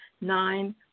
Nine